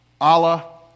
Allah